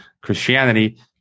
Christianity